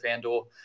Fanduel